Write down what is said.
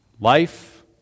life